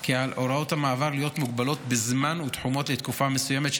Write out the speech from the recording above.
כי על הוראות המעבר להיות מוגבלות בזמן ותחומות לתקופה מסוימת,